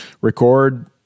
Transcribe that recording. record